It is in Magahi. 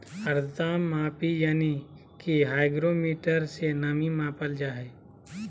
आद्रता मापी यानी कि हाइग्रोमीटर से नमी मापल जा हय